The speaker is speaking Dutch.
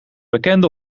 bekende